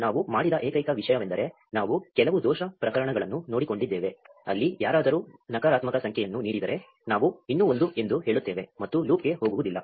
ನಾವು ಮಾಡಿದ ಏಕೈಕ ವಿಷಯವೆಂದರೆ ನಾವು ಕೆಲವು ದೋಷ ಪ್ರಕರಣಗಳನ್ನು ನೋಡಿಕೊಂಡಿದ್ದೇವೆ ಅಲ್ಲಿ ಯಾರಾದರೂ ನಕಾರಾತ್ಮಕ ಸಂಖ್ಯೆಯನ್ನು ನೀಡಿದರೆ ನಾವು ಇನ್ನೂ 1 ಎಂದು ಹೇಳುತ್ತೇವೆ ಮತ್ತು ಲೂಪ್ಗೆ ಹೋಗುವುದಿಲ್ಲ